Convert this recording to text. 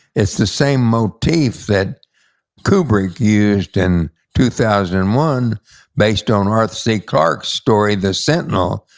it's the same motif that kubrick used in two thousand and one based on arthur c. clarke's story, the sentinel.